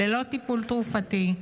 ללא טיפול תרופתי,